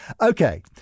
Okay